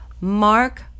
Mark